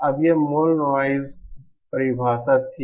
अब यह मूल नॉइज़ परिभाषा थी